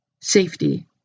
safety